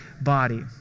body